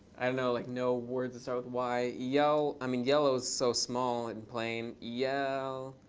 i know like no words that start with y. yell. i mean, yellow's so small and plain. yell.